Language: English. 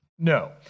No